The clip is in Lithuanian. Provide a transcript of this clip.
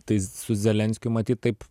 tai su zelenskiu matyt taip